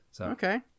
Okay